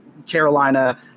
Carolina